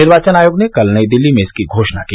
निर्वाचन आयोग ने कल नई दिल्ली में इसकी घोषणा की